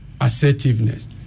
assertiveness